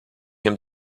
him